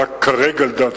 לדעתי,